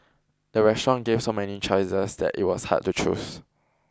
the restaurant gave so many choices that it was hard to choose